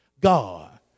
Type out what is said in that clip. God